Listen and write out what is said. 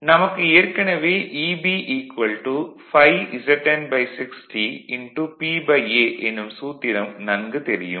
நமக்கு ஏற்கனவே Eb ∅Zn 60 P A என்னும் சூத்திரம் நன்கு தெரியும்